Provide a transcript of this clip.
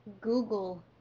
Google